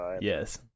Yes